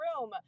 room